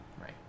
Right